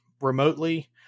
remotely